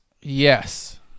Yes